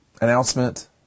announcement